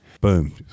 boom